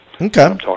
Okay